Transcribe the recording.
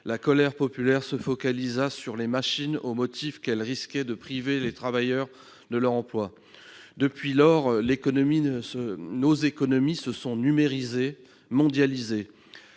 La colère populaire se focalisa sur les machines, au motif qu'elles risquaient de priver les travailleurs de leur emploi. Depuis lors, nos économies se sont numérisées et mondialisées.